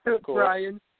Brian